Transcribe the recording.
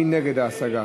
מי נגד ההשגה?